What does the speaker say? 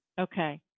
Okay